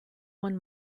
one